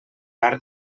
bar